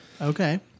Okay